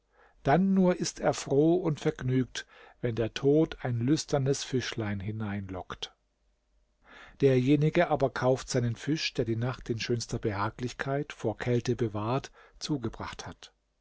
dann nur ist er froh und vergnügt wenn der tod ein lüsternes fischlein hineinlockt derjenige aber kauft seinen fisch der die nacht in schönster behaglichkeit vor kälte bewahrt zugebracht hat